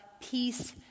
peace